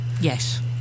Yes